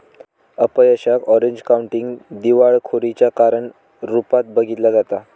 अपयशाक Orange County दिवाळखोरीच्या कारण रूपात बघितला जाता